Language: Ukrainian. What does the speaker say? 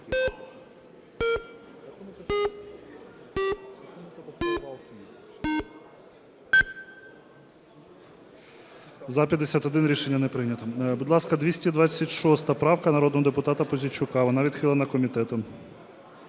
За-51 Рішення не прийнято. Будь ласка, 226 правка народного депутата Пузійчука. Вона відхилена комітетом.